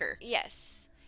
Yes